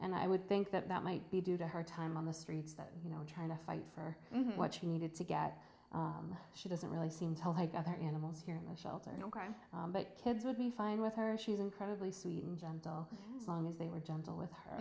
and i would think that that might be due to her time on the streets that you know trying to fight for what she needed to get she doesn't really seem to like other animals here in a shelter no crime but kids would be fine with her she's incredibly sweet and gentle as long as they were jungle with her